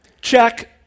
Check